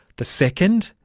the second,